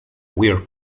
where